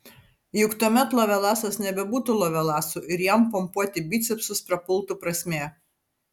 juk tuomet lovelasas nebebūtų lovelasu ir jam pompuoti bicepsus prapultų prasmė